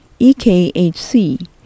EKHC